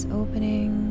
opening